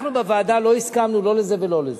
אנחנו בוועדה לא הסכמנו לא לזה ולא לזה.